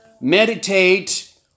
meditate